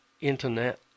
Internet